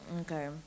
Okay